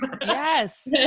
Yes